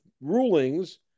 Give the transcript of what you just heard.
rulings